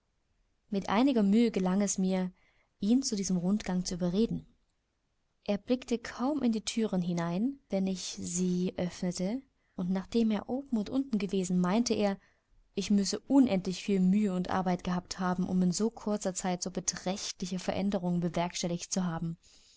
mit einiger mühe gelang es mir ihn zu diesem rundgang zu überreden er blickte kaum in die thüren hinein wenn ich sie öffnete und nachdem er oben und unten gewesen meinte er ich müsse unendlich viel mühe und arbeit gehabt haben um in so kurzer zeit so beträchtliche veränderungen bewerkstelligt zu haben